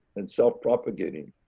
and self propagating.